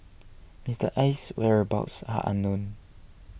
Mister Aye's whereabouts are unknown